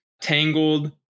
Tangled